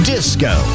Disco